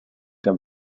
der